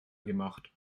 gemacht